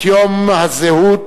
4952,